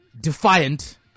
defiant